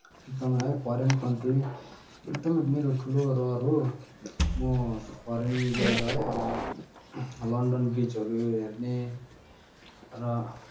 एकदमै है foreign country एकदमै मेरो ठुलो रहर हो म फरेन गएर है लन्डन ब्रिजहरू हेर्ने र